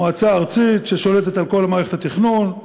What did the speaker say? מועצה ארצית ששולטת על כל מערכת התכנון,